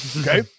Okay